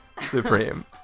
Supreme